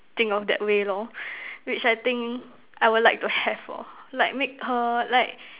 think of that way lor which I think I would like to have lor like make her like